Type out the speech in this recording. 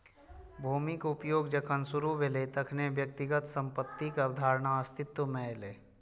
भूमिक उपयोग जखन शुरू भेलै, तखने व्यक्तिगत संपत्तिक अवधारणा अस्तित्व मे एलै